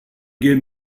gave